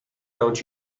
don’t